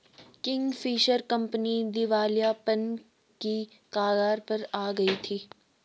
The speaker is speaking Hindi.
किंगफिशर कंपनी दिवालियापन की कगार पर आ गई थी